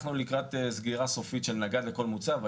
אנחנו לקראת סגירה סופית של נגד לכל מוצב.